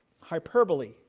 hyperbole